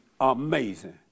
amazing